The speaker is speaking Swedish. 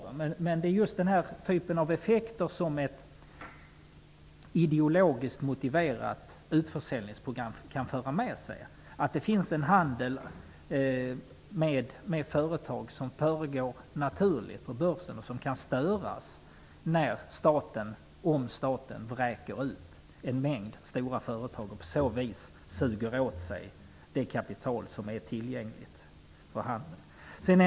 Men det är just den här typen av effekter som ett ideologiskt motiverat utförsäljningsprogram kan föra med sig. Det finns en handel med företag som pågår naturligt på börsen och som kan störas om staten vräker ut en mängd stora företag och på så vis suger åt sig det kapital som är tillgängligt för handeln.